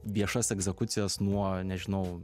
viešas egzekucijas nuo nežinau